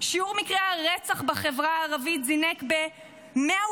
שיעור מקרי הרצח בחברה הערבית זינק ב-113%;